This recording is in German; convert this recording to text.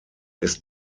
ist